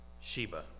Sheba